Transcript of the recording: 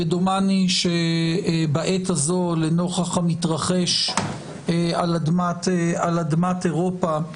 ודומני שבעת הזאת, נוכח המתרחש על אדמת אירופה,